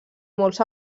molts